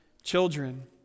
children